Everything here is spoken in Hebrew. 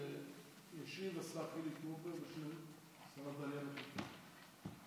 ישיב השר חילי טרופר בשם שרת העלייה והקליטה.